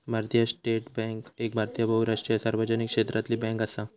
भारतीय State Bank एक भारतीय बहुराष्ट्रीय सार्वजनिक क्षेत्रातली बॅन्क असा